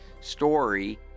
story